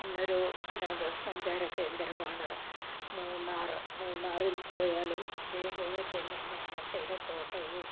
പിന്നെ ഒരു വിനോദ സഞ്ചാര കേന്ദ്രമാണ് മൂന്നാർ മൂന്നാറിൽ പോയാലും ഇതേ പോലെ തന്നെയാണ് തേയില തോട്ടവും